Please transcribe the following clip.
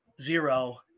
Zero